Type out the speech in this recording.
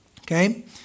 Okay